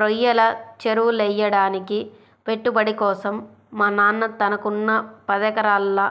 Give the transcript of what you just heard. రొయ్యల చెరువులెయ్యడానికి పెట్టుబడి కోసం మా నాన్న తనకున్న పదెకరాల్లో